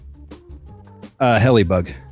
Helibug